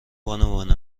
بانون